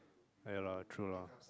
ya lah true lah